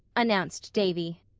announced davy.